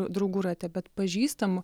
draugų rate bet pažįstamų